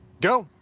go.